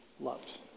loved